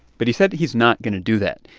but he said he's not going to do that.